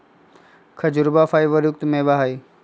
खजूरवा फाइबर युक्त मेवा हई